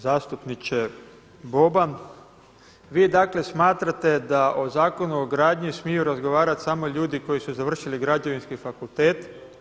Zastupniče Boban, vi dakle smatrate da o Zakonu o gradnji smiju razgovarati samo ljudi koji su završili Građevinski fakultet.